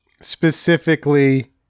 specifically